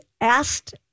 asked